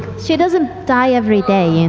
she doesn't die every day,